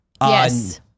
Yes